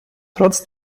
trotz